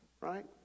Right